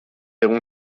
egun